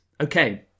Okay